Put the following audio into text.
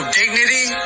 dignity